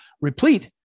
replete